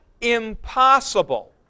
impossible